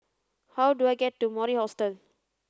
how do I get to Mori Hostel